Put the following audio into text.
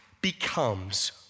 becomes